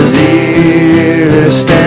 dearest